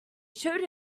showed